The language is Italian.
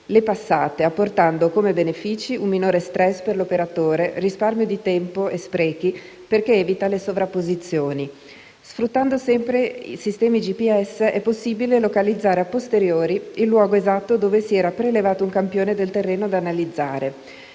le passate, apportando come benefici un minore *stress* per l'operatore, risparmio di tempo e di sprechi perché evita le sovrapposizioni. Sfruttando sempre sistemi GPS è possibile localizzare *a posteriori* il luogo esatto dove si era prelevato un campione del terreno da analizzare.